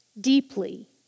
deeply